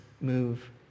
move